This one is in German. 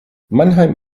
mannheim